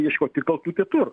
ieškoti kaltų kitur